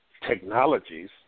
technologies